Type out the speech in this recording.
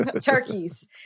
Turkey's